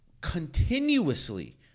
continuously